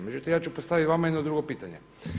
Međutim ja ću postaviti vama jedno drugo pitanje.